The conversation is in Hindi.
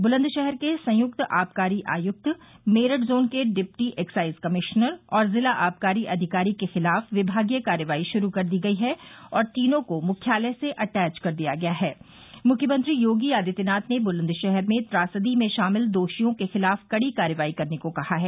बुलंदशहर के संयुक्त आबकारी आयुक्त मेरठ जोन के डिप्टी एक्साइज कमिश्नर और जिला आबकारी अधिकारी के खिलाफ विभागीय कार्रवाई शुरू कर दी गई है और तीनों को मुख्यालय से अटैच कर दिया गया है मुख्यमंत्री योगी आदित्यनाथ ने बुलंदशहर में त्रासदी में शामिल दोषियों के खिलाफ कड़ी कार्रवाई करने को कहा है